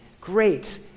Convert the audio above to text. Great